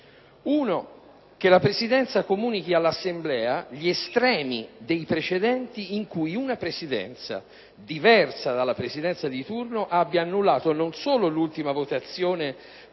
Primo: che la Presidenza comunichi all'Assemblea gli estremi dei precedenti in cui una Presidenza diversa dalla Presidenza di turno abbia annullato non solo l'ultima votazione prima